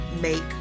make